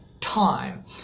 time